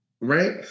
Right